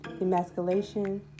emasculation